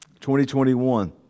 2021